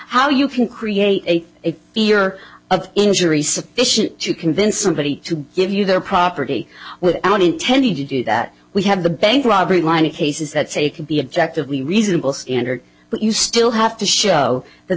how you can create a fear of injury sufficient to convince somebody to give you their property without intending to do that we have the bank robbery line of cases that say can be objective we reasonable standard but you still have to show that